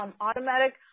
automatic